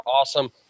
awesome